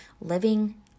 living